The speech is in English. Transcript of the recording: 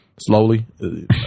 Slowly